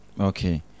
Okay